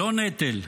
לא נטל.